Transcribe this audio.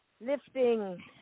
lifting